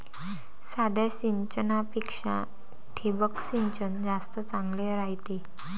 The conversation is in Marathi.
साध्या सिंचनापेक्षा ठिबक सिंचन जास्त चांगले रायते